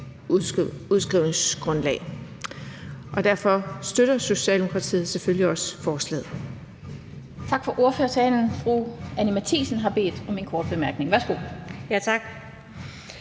udskrivningsgrundlag. Derfor støtter Socialdemokratiet selvfølgelig også forslaget.